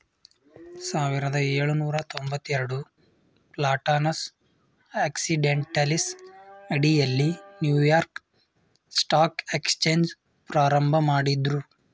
ಸಾವಿರದ ಏಳುನೂರ ತೊಂಬತ್ತಎರಡು ಪ್ಲಾಟಾನಸ್ ಆಕ್ಸಿಡೆಂಟಲೀಸ್ ಅಡಿಯಲ್ಲಿ ನ್ಯೂಯಾರ್ಕ್ ಸ್ಟಾಕ್ ಎಕ್ಸ್ಚೇಂಜ್ ಪ್ರಾರಂಭಮಾಡಿದ್ರು